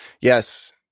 Yes